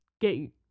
get